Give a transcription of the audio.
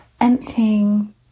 emptying